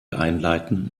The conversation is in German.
einleiten